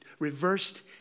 reversed